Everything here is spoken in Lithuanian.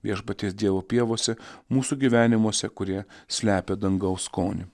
viešpaties dievo pievose mūsų gyvenimuose kurie slepia dangaus skonį